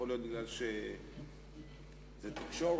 יכול להיות מפני שזה תקשורת,